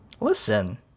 Listen